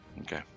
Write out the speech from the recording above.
Okay